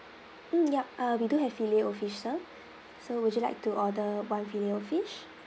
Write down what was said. mm ya uh we do have filet O fish sir so would you like to order one filet O fish